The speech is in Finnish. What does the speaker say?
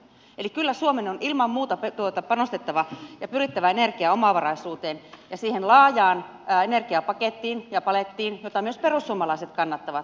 kyllä suomen on ilman muuta panostettava ja pyrittävä energiaomavaraisuuteen ja siihen laajaan energiapakettiin ja palettiin jota myös perussuomalaiset kannattavat